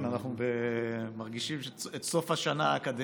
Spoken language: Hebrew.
כן, אנחנו מרגישים את סוף השנה האקדמית.